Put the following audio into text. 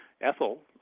Ethel